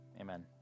Amen